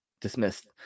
dismissed